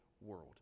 world